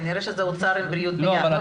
כנראה שזה האוצר עם בריאות ביחד.